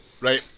Right